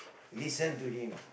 listen to him